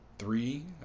three